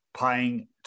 paying